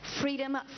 freedom